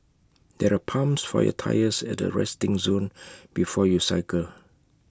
there are pumps for your tyres at the resting zone before you cycle